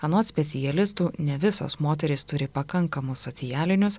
anot specialistų ne visos moterys turi pakankamus socialinius